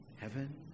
Heaven